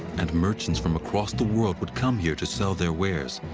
and merchants from across the world would come here to sell their wares,